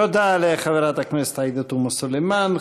תודה לחברת הכנסת עאידה תומא סלימאן.